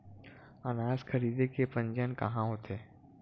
अनाज खरीदे के पंजीयन कहां होथे?